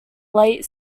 late